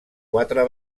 quatre